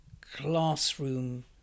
classroom